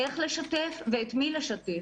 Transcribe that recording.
איך לשתף ואת מי לשתף.